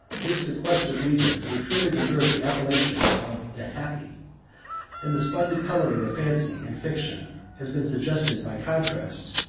this sequestered region may truly deserve the appellation of the happy and the splendid coloring of fancy and fiction has been suggested by contrast,